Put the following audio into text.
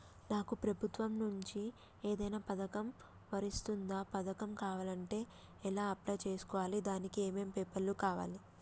నాకు ప్రభుత్వం నుంచి ఏదైనా పథకం వర్తిస్తుందా? పథకం కావాలంటే ఎలా అప్లై చేసుకోవాలి? దానికి ఏమేం పేపర్లు కావాలి?